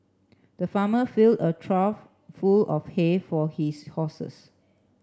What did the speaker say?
the farmer fill a trough full of hay for his horses